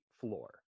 floor